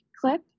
clip